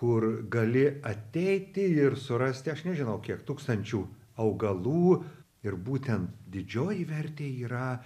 kur gali ateiti ir surasti aš nežinau kiek tūkstančių augalų ir būtent didžioji vertė yra